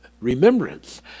remembrance